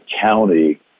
county